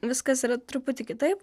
viskas yra truputį kitaip